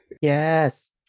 Yes